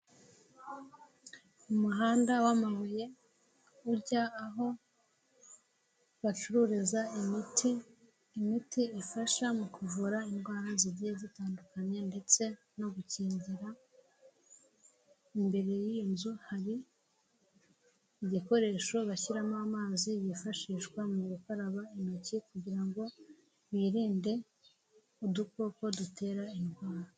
Umuhanda w'amabuye ujya aho bacururiza imiti, imiti ifasha mu kuvura indwara zigiye zitandukanye ndetse no gukingira imbere y'iyi nzu hari igikoresho bashyiramo amazi bifashishwa mu gukaraba intoki kugira ngo birinde udukoko dutera indwara.